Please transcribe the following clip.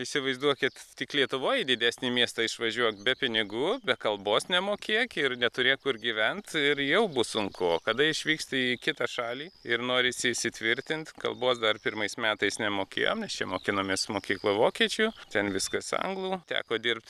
įsivaizduokit tik lietuvoj į didesnį miestą išvažiuok be pinigų be kalbos nemokėk ir neturėk kur gyvent ir jau bus sunku o kada išvyksti į kitą šalį ir norisi įsitvirtint kalbos dar pirmais metais nemokėjom nes čia mokinomės mokykloje vokiečių ten viskas anglų teko dirbt